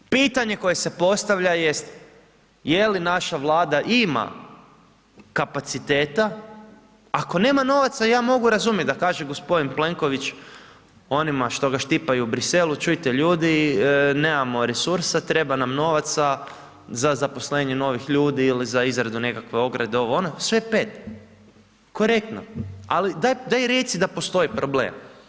Pitanje koje se postavlja jest je li naša Vlada ima kapaciteta, ako nema novaca, ja mogu razumjet da kaže g. Plenković onima što ga štipaju u Bruxellesu, čujte ljudi nemamo resursa, treba nam novaca za zaposlenje novih ljudi ili za izradu nekakve ograde ovo, ono, sve 5, korektno, ali daj reci da postoji problem.